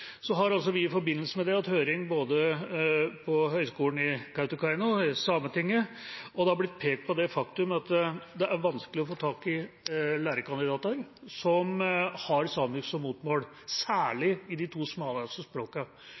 I forbindelse med det har vi hatt høring både på høyskolen i Kautokeino og i Sametinget, og det har blitt pekt på det faktum at det er vanskelig å få tak i lærerkandidater som har samisk som morsmål, særlig i de to smaleste